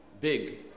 big